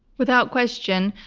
without question.